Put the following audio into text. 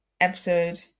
episode